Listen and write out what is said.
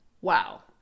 wow